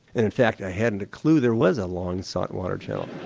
and in fact i hadn't a clue there was a long sought water channel.